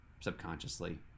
subconsciously